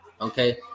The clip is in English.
okay